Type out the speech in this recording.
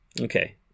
Okay